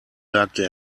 sagte